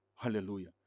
Hallelujah